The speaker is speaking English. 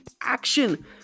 action